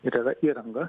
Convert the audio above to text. ir yra įranga